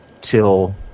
till